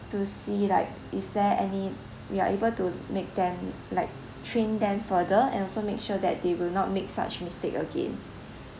to see like is there any we are able to make them like train them further and also make sure that they will not make such mistake again